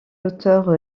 auteur